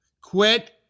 Quit